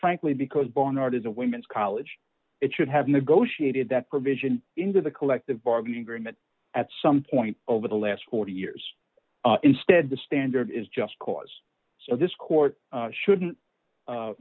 frankly because barnard is a women's college it should have negotiated that provision into the collective bargaining agreement at some point over the last forty years instead the standard is just cause so this court shouldn't